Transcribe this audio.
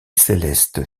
céleste